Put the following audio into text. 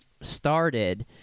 started